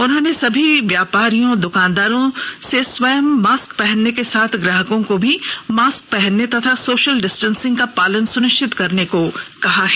उन्होंने सभी व्यापारियों दुकानदारों से स्वयं मास्क पहनने के साथ ग्राहकों को भी मास्क पहनने तथा सोशल डिस्टेंसिग का पालन सुनिश्चित करने को कहा है